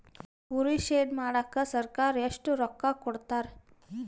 ಕುರಿ ಶೆಡ್ ಮಾಡಕ ಸರ್ಕಾರ ಎಷ್ಟು ರೊಕ್ಕ ಕೊಡ್ತಾರ?